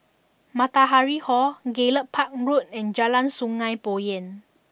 Matahari Hall Gallop Park Road and Jalan Sungei Poyan